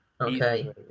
okay